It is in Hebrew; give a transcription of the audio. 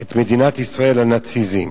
את מדינת ישראל לנאציזם,